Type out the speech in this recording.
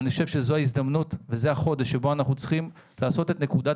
אני חושב שזאת ההזדמנות וזה החודש שבו אנחנו צריכים לעשות את נקודת